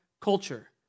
culture